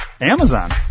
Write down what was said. Amazon